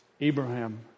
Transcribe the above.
Abraham